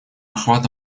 охвата